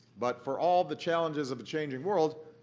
but for all the challenges of a changing world,